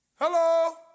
Hello